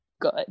good